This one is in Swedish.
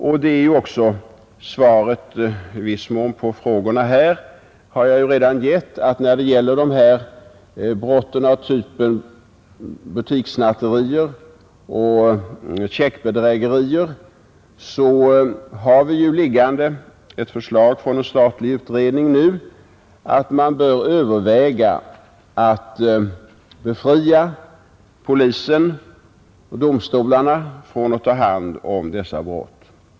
Svaret på dessa frågor är alltså — jag har i viss mån redan gett det — att vi när det gäller brott av typen butikssnatterier och checkbedrägerier nu har fått ett förslag från en statlig utredning om att vi bör överväga att befria polisen och domstolarna från att ta hand om dessa brott.